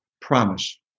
promise